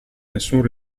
nessun